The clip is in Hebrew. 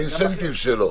זה התמריץ שלו.